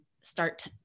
start